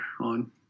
on